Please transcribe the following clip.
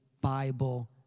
Bible